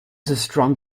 strong